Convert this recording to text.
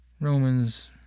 Romans